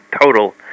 total